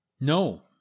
No